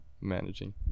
managing